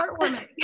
heartwarming